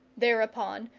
thereupon,